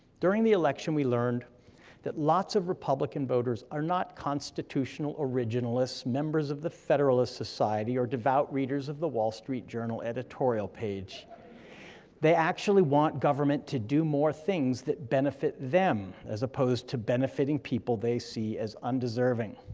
during the election we learned that lots of republican voters are not constitutional originalists, members of the federalist society, or devout readers of the wall street journal editorial page they actually want government to do more things that benefit them, as opposed to benefiting people they see as undeserving.